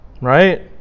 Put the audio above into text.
Right